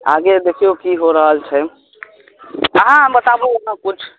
आगे दखियौ कि हो रहल छै अहाँ बताबू ने किछु